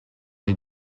les